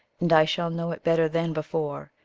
and i shall know it better than before,